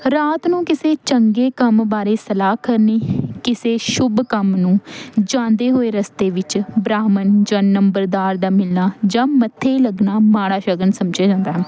ਰਾਤ ਨੂੰ ਕਿਸੇ ਚੰਗੇ ਕੰਮ ਬਾਰੇ ਸਲਾਹ ਕਰਨੀ ਕਿਸੇ ਸ਼ੁਭ ਕੰਮ ਨੂੰ ਜਾਂਦੇ ਹੋਏ ਰਸਤੇ ਵਿੱਚ ਬ੍ਰਾਹਮਣ ਜਾਂ ਨੰਬਰਦਾਰ ਦਾ ਮਿਲਣਾ ਜਾਂ ਮੱਥੇ ਲੱਗਣਾ ਮਾੜਾ ਸ਼ਗਨ ਸਮਝਿਆ ਜਾਂਦਾ ਹੈ